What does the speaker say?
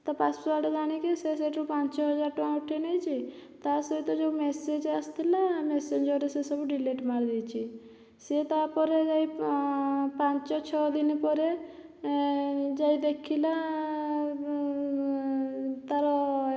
ତା ପାସୱାର୍ଡ଼ ଜାଣିକି ସେ ସେଠୁ ପାଞ୍ଚହଜାର ଟଙ୍କା ଉଠାଇ ନେଇଛି ତାସହିତ ଯେଉଁ ମେସେଜ ଆସିଥିଲା ମେସେଜରେ ସେସବୁ ଡିଲେଟ ମାରିଦେଇଛି ସିଏ ତାପରେ ଯାଇ ପାଞ୍ଚଛଅଦିନ ପରେ ଏଁ ଯାଇଦେଖିଲା ତାର